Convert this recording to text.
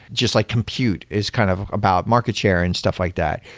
just like compute is kind of about market share and stuff like that.